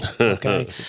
Okay